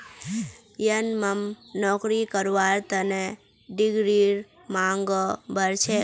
यनमम नौकरी करवार तने डिग्रीर मांगो बढ़ छेक